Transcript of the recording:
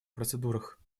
процедурах